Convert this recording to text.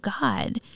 God